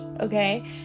okay